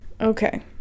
Okay